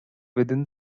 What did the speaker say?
within